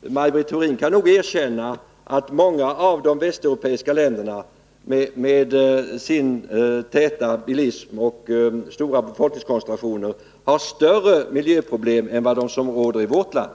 Maj Britt Theorin kan nog erkänna att många av de västeuropeiska länderna med sin täta bilism och sina stora befolkningskoncentrationer har större miljöproblem än vi har i vårt land.